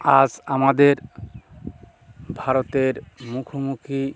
আজ আমাদের ভারতের মুখোমুখি